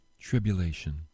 Tribulation